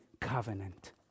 covenant